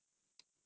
ya